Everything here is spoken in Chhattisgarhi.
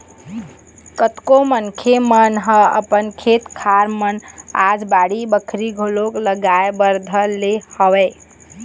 कतको मनखे मन ह अपन खेत खार मन म आज बाड़ी बखरी घलोक लगाए बर धर ले हवय